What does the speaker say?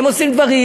עושים דברים,